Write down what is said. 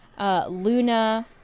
Luna